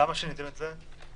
למה שיניתם את זה?